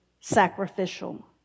sacrificial